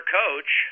coach